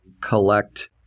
collect